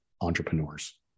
entrepreneurs